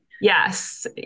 Yes